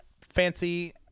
fancy